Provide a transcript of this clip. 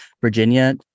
Virginia